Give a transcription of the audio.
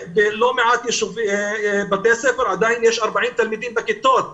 בלא מעט בתי ספר, עדיין יש 40 תלמידים בכיתות.